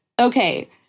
okay